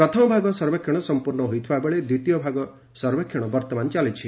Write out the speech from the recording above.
ପ୍ରଥମ ଭାଗ ସର୍ବେକ୍ଷଣ ସମ୍ପର୍ଣ୍ଣ ହୋଇଥିବାବେଳେ ଦ୍ୱିତୀୟ ଭାଗ ସର୍ବେକ୍ଷଣ ବର୍ତ୍ତମାନ ଚାଲିଛି